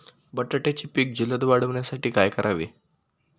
बटाट्याचे पीक जलद वाढवण्यासाठी काय करावे?